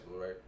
right